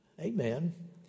amen